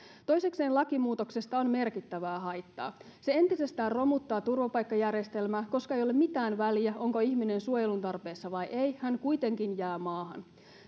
toisekseen lakimuutoksesta on merkittävää haittaa se entisestään romuttaa turvapaikkajärjestelmää koska ei ole mitään väliä onko ihminen suojelun tarpeessa vai ei hän kuitenkin jää maahan